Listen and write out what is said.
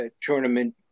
tournament